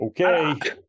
Okay